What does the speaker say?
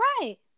Right